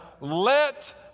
let